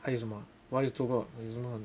还有什么 ah